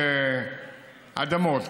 אדמות,